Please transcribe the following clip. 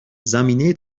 زمینه